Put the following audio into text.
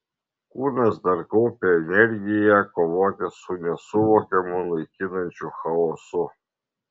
kūnas dar kaupė energiją kovoti su nesuvokiamu naikinančiu chaosu